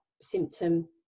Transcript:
symptom